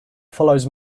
follows